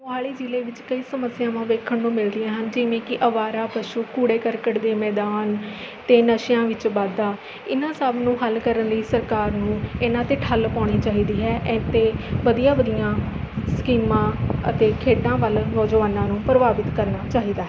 ਮੋਹਾਲੀ ਜ਼ਿਲ੍ਹੇ ਵਿੱਚ ਕਈ ਸਮੱਸਿਆਵਾਂ ਵੇਖਣ ਨੂੰ ਮਿਲ ਰਹੀਆਂ ਹਨ ਜਿਵੇਂ ਕਿ ਅਵਾਰਾ ਪਸ਼ੂ ਕੂੜੇ ਕਰਕਟ ਦੇ ਮੈਦਾਨ ਅਤੇ ਨਸ਼ਿਆਂ ਵਿੱਚ ਵਾਧਾ ਇਹਨਾਂ ਸਭ ਨੂੰ ਹੱਲ ਕਰਨ ਲਈ ਸਰਕਾਰ ਨੂੰ ਇਹਨਾਂ 'ਤੇ ਠੱਲ ਪਾਉਣੀ ਚਾਹੀਦੀ ਹੈ ਏ ਅਤੇ ਵਧੀਆ ਵਧੀਆਂ ਸਕੀਮਾਂ ਅਤੇ ਖੇਡਾਂ ਵੱਲ ਨੌਜਵਾਨਾਂ ਨੂੰ ਪ੍ਰਭਾਵਿਤ ਕਰਨਾ ਚਾਹੀਦਾ